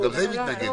שגם לזה היא מתנגדת.